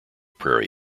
prairie